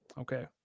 Okay